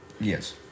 Yes